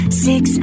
six